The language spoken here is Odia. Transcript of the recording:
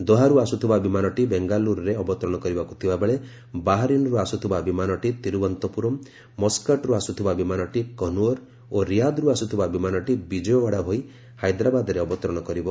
ଦୋହାରୁ ଆସୁଥିବା ବିମାନଟି ବେଙ୍ଗାଲୁରୁରେ ଅବତରଣ କରିବାକୁ ଥିବାବେଳେ ବାହାରିନ୍ରୁ ଆସୁଥିବା ବିମାନଟି ତିରୁବନନ୍ତପୁରମ୍ ମସ୍କାଟ୍ରୁ ଆସୁଥିବା ବିମାନଟି କନ୍ନଔର୍ ଓ ରିଆଦ୍ରୁ ଆସୁଥିବା ବିମାନଟି ବିଜୟଓ୍ୱାଡା ହୋଇ ହାଇଦ୍ରାବାଦରେ ଅବତରଣ କରିବ